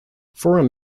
forum